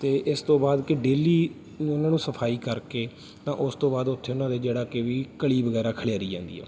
ਅਤੇ ਇਸ ਤੋਂ ਬਾਅਦ ਕਿ ਡੇਲੀ ਉਹਨਾਂ ਨੂੰ ਸਫਾਈ ਕਰ ਕੇ ਤਾਂ ਉਸ ਤੋਂ ਬਾਅਦ ਉੱਥੇ ਉਹਨਾਂ ਦੇ ਜਿਹੜਾ ਕਿ ਵੀ ਕਲੀ ਵਗੈਰਾ ਖਿਲਾਰੀ ਜਾਂਦੀ ਆ